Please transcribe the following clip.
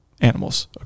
animals